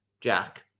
Jack